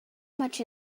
much